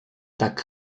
tak